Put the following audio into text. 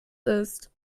ist